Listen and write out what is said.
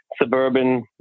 suburban